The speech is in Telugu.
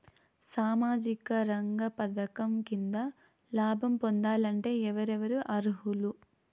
సామాజిక రంగ పథకం కింద లాభం పొందాలంటే ఎవరెవరు అర్హులు?